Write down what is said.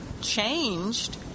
changed